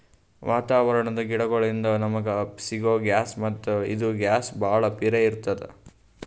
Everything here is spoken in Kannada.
ವಾತಾವರಣದ್ ಗಿಡಗೋಳಿನ್ದ ನಮಗ ಸಿಗೊ ಗ್ಯಾಸ್ ಮತ್ತ್ ಇದು ಗ್ಯಾಸ್ ಭಾಳ್ ಪಿರೇ ಇರ್ತ್ತದ